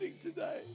today